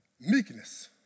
Meekness